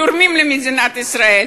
תורמים למדינת ישראל,